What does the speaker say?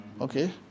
Okay